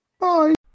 Bye